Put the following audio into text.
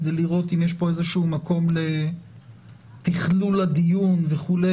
כדי לראות אם יש מקום לתכלול הדיון וכו',